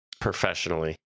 Professionally